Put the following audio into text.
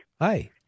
Hi